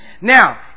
Now